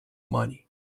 money